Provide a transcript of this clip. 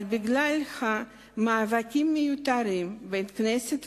אבל בגלל מאבקים מיותרים בין הכנסת,